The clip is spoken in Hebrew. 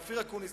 אופיר אקוניס,